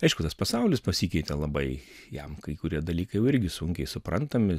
aišku tas pasaulis pasikeitė labai jam kai kurie dalykai jau irgi sunkiai suprantami